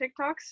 TikToks